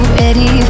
ready